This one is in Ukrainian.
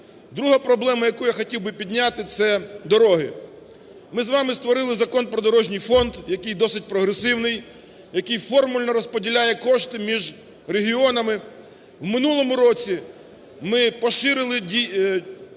Друга проблема, яку я хотів би підняти, – це дороги. Ми з вами створили Закон про Дорожній фонд, який досить прогресивний, який формульно розподіляє кошти між регіонами. В минулому році ми поширили дію